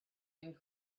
and